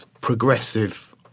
progressive